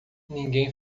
ninguém